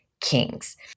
kings